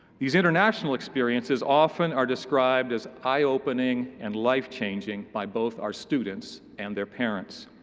these international experiences often are described as eye eye-opening and life-changing by both our students and their parents.